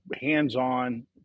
hands-on